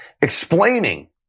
explaining